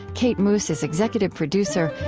kate moos is executive producer.